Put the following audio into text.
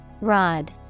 Rod